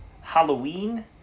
Halloween